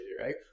right